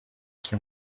qui